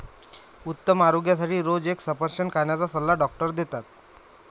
उत्तम आरोग्यासाठी रोज एक सफरचंद खाण्याचा सल्ला डॉक्टर देतात